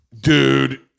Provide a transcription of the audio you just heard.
Dude